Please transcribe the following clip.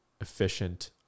efficient